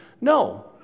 No